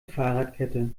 fahrradkette